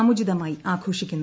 സമുചിതമായി ആഘോഷിക്കുന്നു